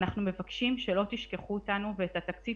אנחנו מבקשים שלא תשכחו אותנו ואת התקציב